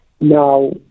Now